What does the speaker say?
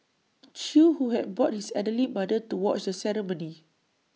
chew who had brought his elderly mother to watch the ceremony